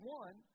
one